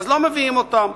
אז לא מביאים אותם.